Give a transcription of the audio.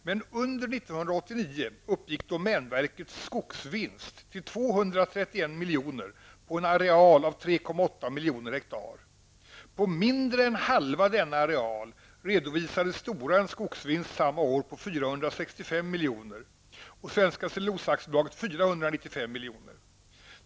Men under år 1989 uppgick domänverkets skogsvinst till 231 milj.kr. på en areal om 3,8 miljoner hektar. På mindre än halva denna areal redovisade Stora en skogsvinst samma år på 465 milj.kr. och Svenska Cellulosa AB 495 milj.kr.